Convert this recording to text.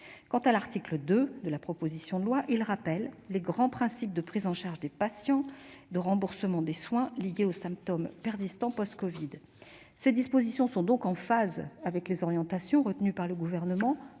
Quant à l'article 2 de la proposition de loi, il rappelle les grands principes de prise en charge des patients et de remboursement des soins liés aux symptômes persistants post-covid. Ces dispositions sont donc en phase avec les orientations retenues par le Gouvernement